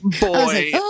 boy